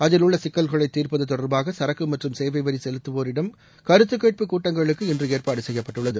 அதில் உள்ள சிக்கல்களை தீர்ப்பது தொடர்பாக சரக்கு மற்றும் சேவை வரி செலுத்துவோரிடம் கருத்து கேட்பு கூட்டங்களுக்கு இன்று ஏற்பாடு செய்யப்பட்டுள்ளது